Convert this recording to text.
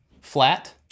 flat